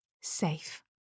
Safe